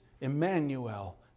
Emmanuel